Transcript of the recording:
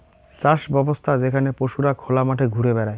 চাষ ব্যবছ্থা যেখানে পশুরা খোলা মাঠে ঘুরে বেড়ায়